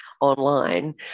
Online